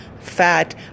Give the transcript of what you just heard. fat